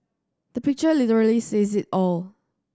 the picture literally says it all